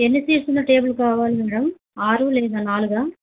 ఎన్ని సీట్స్ ఉన్న టేబుల్ కావాలి మేడం ఆరు లేదా నాలుగా